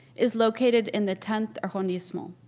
is located in the tenth arrondissement.